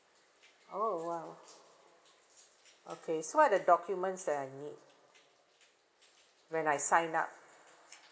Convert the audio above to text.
oh !wow! okay so what are the documents that I need when I sign up